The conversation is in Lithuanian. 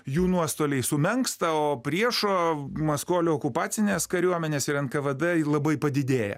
jų nuostoliai sumenksta o priešo maskolių okupacinės kariuomenės ir nkvd labai padidėja